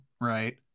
right